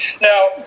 now